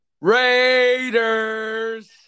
Raiders